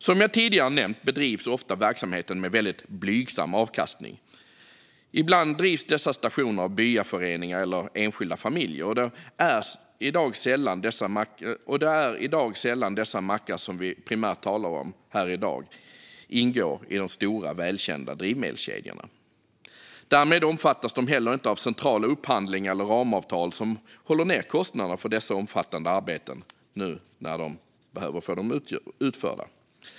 Som jag tidigare nämnt bedrivs verksamheten ofta med väldigt blygsam avkastning. Ibland drivs dessa stationer av byaföreningar eller enskilda familjer, och det är i dag sällan som de mackar vi primärt talar om här i dag ingår i de stora, välkända drivmedelskedjorna. Därmed omfattas de inte heller av centrala upphandlingar eller ramavtal som håller ned kostnaderna för de omfattande arbeten som de nu behöver få utförda.